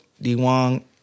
D-Wong